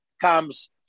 comes